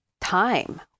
time